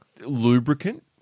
lubricant